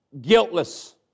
guiltless